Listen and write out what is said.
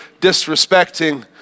disrespecting